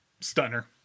Stunner